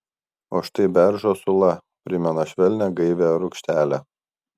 o štai beržo sula primena švelnią gaivią rūgštelę